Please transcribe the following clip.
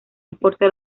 importa